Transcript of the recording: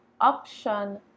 option